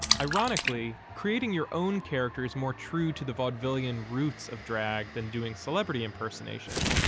ironically, creating your own character is more true to the vaudevillian roots of drag than doing celebrity impersonation.